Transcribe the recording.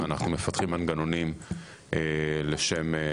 ואנחנו מפתחים מנגנונים לשם הדבר הזה.